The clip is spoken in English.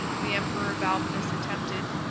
the emperor balbinus attempted,